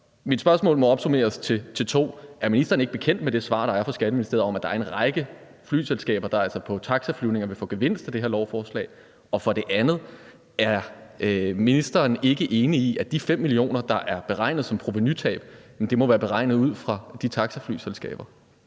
to spørgsmål. Det første er: Er ministeren ikke bekendt med det svar, der er kommet fra Skatteministeriet, om, at der er en række flyselskaber, der på taxaflyvninger vil få gevinst af det her lovforslag? Det andet er: Er ministeren ikke enig i, at de 5 mio. kr., som provenutabet er beregnet til at være, må være beregnet af taxaflyselskaberne?